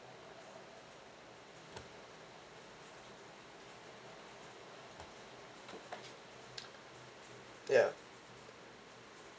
ya